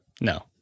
No